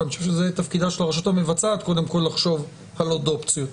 כי אני חושב שזה תפקידה של הרשות המבצעת קודם כול לחשוב על עוד אופציות.